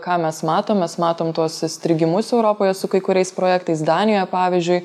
ką mes matom mes matom tuos įstrigimus europoje su kai kuriais projektais danijoj pavyzdžiui